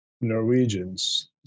Norwegians